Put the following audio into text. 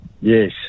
Yes